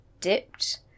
dipped